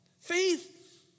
Faith